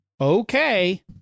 Okay